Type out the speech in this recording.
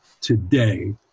today